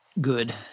good